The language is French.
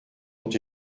ont